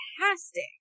fantastic